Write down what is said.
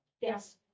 Yes